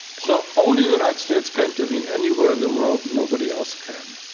so, only the united states can intervene anywhere in the world, nobody else can.